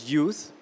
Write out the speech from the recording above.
Youth